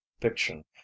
fiction